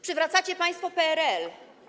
Przywracacie państwo PRL.